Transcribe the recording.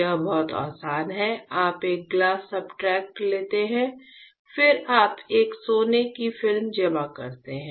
यह बहुत आसान है आप एक ग्लास सब्सट्रेट लेते हैं फिर आप एक सोने की फिल्म जमा करते हैं